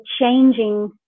changing